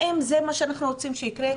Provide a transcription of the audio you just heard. האם זה מה שאנחנו רוצים שיקרה,